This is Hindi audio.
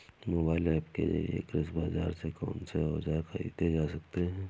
मोबाइल ऐप के जरिए कृषि बाजार से कौन से औजार ख़रीदे जा सकते हैं?